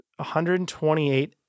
128